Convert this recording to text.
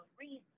reason